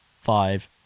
five